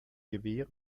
gewehr